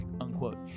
unquote